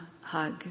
hug